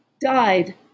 died